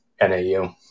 NAU